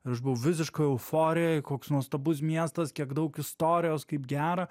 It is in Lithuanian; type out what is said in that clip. aš buvau visiškoj euforijoj koks nuostabus miestas kiek daug istorijos kaip gera